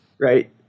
Right